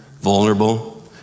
vulnerable